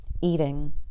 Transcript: Eating